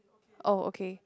oh okay